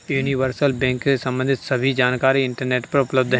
universal bank से सम्बंधित सभी जानकारी इंटरनेट पर उपलब्ध है